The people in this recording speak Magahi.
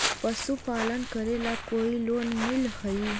पशुपालन करेला कोई लोन मिल हइ?